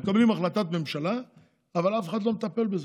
מקבלים החלטת ממשלה אבל אף אחד לא מטפל בזה.